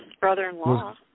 Brother-in-law